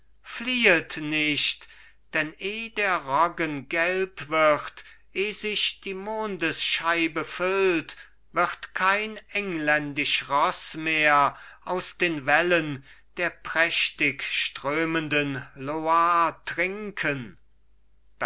fliehet nicht denn eh der rocken gelb wird eh sich die mondesscheibe füllt wird kein engländisch roß mehr aus den wellen der prächtig strömenden loire trinken